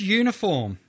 uniform